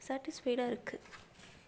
சேட்டிஸ்ஃபைடாக இருக்குது